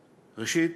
ראשית,